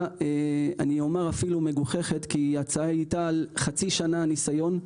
הצעה אפילו מגוחכת, כי היא על חצי שנה ניסיון.